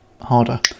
harder